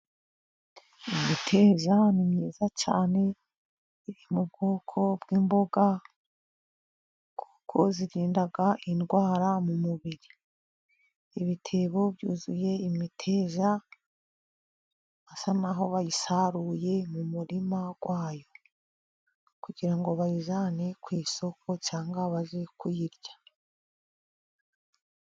Imiteza ni myiza cyane, iri mu bwoko bw'imboga kuko irinda indwara mu mubiri, ibitebo byuzuye imiteja bisa n'aho bayisaruye mu murima wayo, kugira ngo bayijyane ku isoko cyangwa bajye kuyirya.